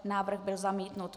Návrh byl zamítnut.